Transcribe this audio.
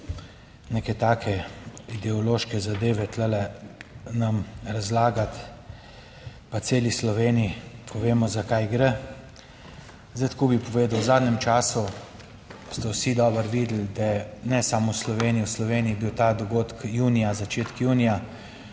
neke take ideološke zadeve tu nam razlagati pa celi Sloveniji, ko vemo, za kaj gre. Zdaj tako bi povedal. V zadnjem času ste vsi dobro videli, da je ne samo v Sloveniji, v Sloveniji je bil ta dogodek junija, začetek junija,